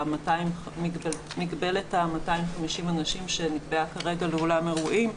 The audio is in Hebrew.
של מגבלת ה-250 אנשים שנקבעה כרגע לאולם אירועים.